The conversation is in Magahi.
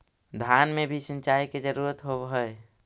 धान मे भी सिंचाई के जरूरत होब्हय?